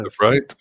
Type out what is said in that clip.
right